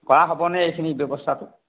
কৰা হ'বনে এইখিনি ব্যৱস্থাটো